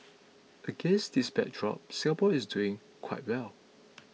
against this backdrop Singapore is doing quite well